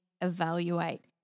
evaluate